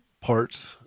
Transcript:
parts